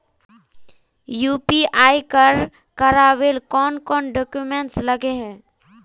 UPI कर करावेल कौन कौन डॉक्यूमेंट लगे है?